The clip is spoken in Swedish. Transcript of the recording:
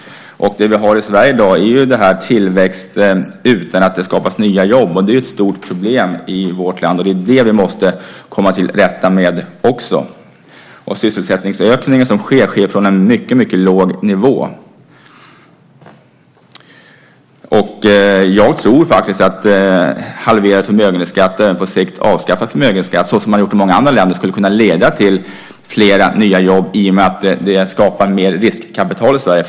I Sverige har vi i dag en tillväxt utan att det skapas nya jobb, och det är ett stort problem i vårt land, och det är det som vi också måste komma till rätta med. Den sysselsättningsökning som sker sker från en mycket låg nivå. Jag tror faktiskt att en halvering av förmögenhetsskatten och även på sikt ett avskaffande av förmögenhetsskatten, så som man har gjort i många andra länder, skulle kunna leda till flera nya jobb i och med att det skapar mer riskkapital i Sverige.